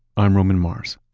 i'm roman mars